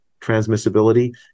transmissibility